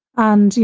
and you